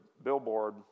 billboard